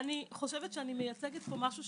רק נגדיל את מספר הפונים,